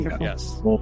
Yes